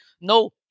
No